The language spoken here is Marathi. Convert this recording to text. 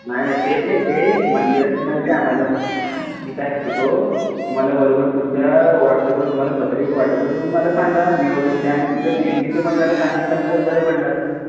नाही नाही ते माहीत आहे मंदिराचं माहीत आहे आम्हाला मी काय करतो तुम्हाला बरोबर तुमच्या वॉटसअपवर तुम्हाला पत्रिका पाठवतो तुम्ही मला सांगा नियोजन काय आणि तुमचं देणगीचं पण जरा सांगितलं असतं तर बरं पडलं असतं